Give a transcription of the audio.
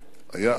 היה עמוק,